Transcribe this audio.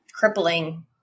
crippling